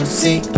see